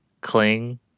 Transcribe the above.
cling